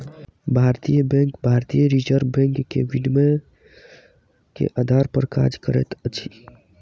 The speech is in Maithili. भारतीय बैंक भारतीय रिज़र्व बैंक के विनियमन के आधार पर काज करैत अछि